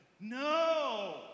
no